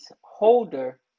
holder